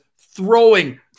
throwing